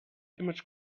image